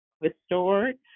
restored